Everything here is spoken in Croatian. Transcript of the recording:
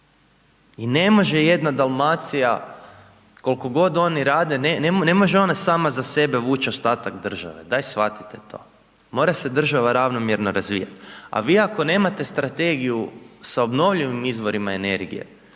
I ne može jedna Dalmacija, koliko god oni rade, ne može ona sama za sebe vući ostatak države, daj shvatite to. Mora se država ravnomjerno razvijati. A vi ako nemate strategiju sa obnovljivim izborima energije